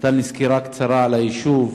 נתן לי סקירה קצרה על היישוב,